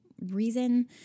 reason